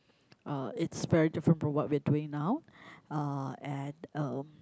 uh it's very different from what we are doing now uh and uh